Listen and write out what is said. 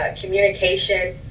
communication